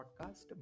podcast